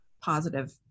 positive